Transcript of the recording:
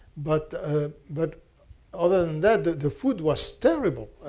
but ah but other than that, the food was terrible.